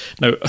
Now